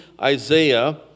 Isaiah